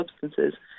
substances